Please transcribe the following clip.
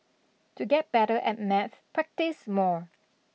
to get better at maths practise more